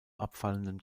abfallenden